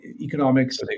economics